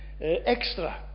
extra